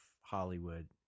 Hollywood